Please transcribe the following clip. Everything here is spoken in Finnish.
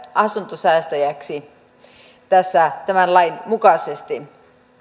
asuntosäästäjäksi tämän lain mukaisesti